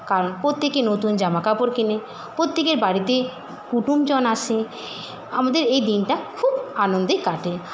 কারণ প্রত্যেকে নতুন জামাকাপড় কেনে প্রত্যেকের বাড়িতে কুটুমজন আসে আমাদের এই দিনটা খুব আনন্দে কাটে